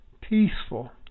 peaceful